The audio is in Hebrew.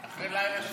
סליחה, חברת